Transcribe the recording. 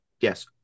Yes